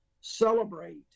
celebrate